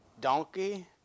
donkey